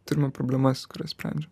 turime problemas kurias sprendžiam